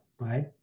right